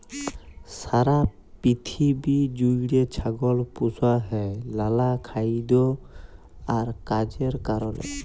সারা পিথিবী জুইড়ে ছাগল পুসা হ্যয় লালা খাইদ্য আর কাজের কারলে